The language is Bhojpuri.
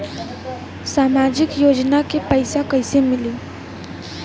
सामाजिक योजना के पैसा कइसे मिली?